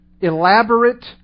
elaborate